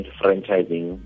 franchising